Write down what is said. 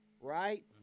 right